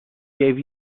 gave